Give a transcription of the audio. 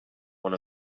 one